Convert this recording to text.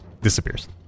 disappears